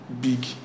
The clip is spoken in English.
big